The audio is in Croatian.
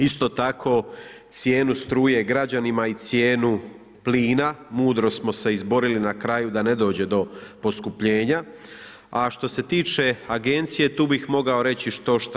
Isto tako, cijenu struje građanima i cijenu plina mudro smo se izborili na kraju da ne dođe do poskupljenja, a što se tiče Agencije, tu bih mogao reći štošta.